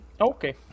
Okay